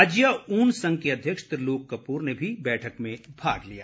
राज्य ऊन संघ के अध्यक्ष त्रिलोक कपूर ने भी बैठक में भाग लिया